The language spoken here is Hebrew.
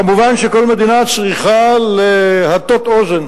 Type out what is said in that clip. כמובן, כל מדינה צריכה להטות אוזן